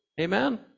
Amen